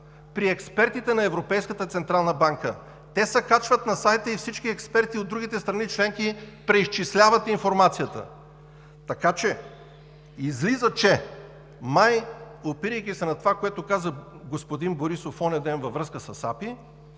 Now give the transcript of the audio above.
при експертите на Европейската централна банка. Те се качват на сайта и всички експерти от другите страни членки преизчисляват информацията. Излиза, че май, опирайки се на това, което каза господин Борисов онзи ден във връзка с АПИ,